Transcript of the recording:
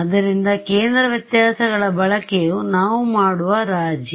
ಆದ್ದರಿಂದ ಕೇಂದ್ರ ವ್ಯತ್ಯಾಸಗಳ ಬಳಕೆಯು ನಾವು ಮಾಡುವ ರಾಜಿ